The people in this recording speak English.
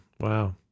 Wow